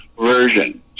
version